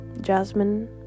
Jasmine